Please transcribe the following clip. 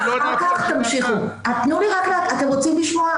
אנחנו לא --- אתם רוצים לשמוע?